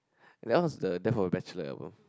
that one was there for the Bachelor album